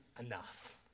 enough